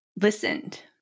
listened